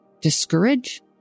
discourage